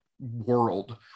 world